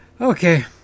Okay